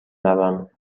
روم